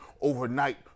overnight